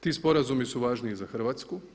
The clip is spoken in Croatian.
Ti sporazumi su važni i za Hrvatsku.